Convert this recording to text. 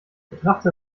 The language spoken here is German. betrachte